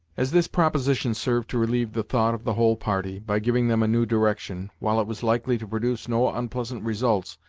as this proposition served to relieve the thoughts of the whole party, by giving them a new direction, while it was likely to produce no unpleasant results,